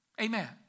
Amen